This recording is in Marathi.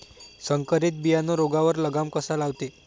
संकरीत बियानं रोगावर लगाम कसा लावते?